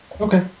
Okay